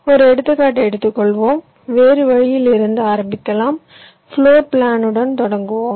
ஒரு எடுத்துக்காட்டை எடுத்துக்கொள்வோம் வேறு வழியில் இருந்து ஆரம்பிக்கலாம் பிளோர் பிளானுடன் தொடங்குவோம்